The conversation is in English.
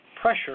pressure